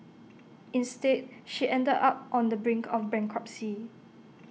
instead she ended up on the brink of bankruptcy